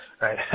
right